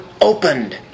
opened